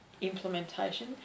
implementation